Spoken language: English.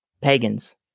pagans